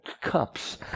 cups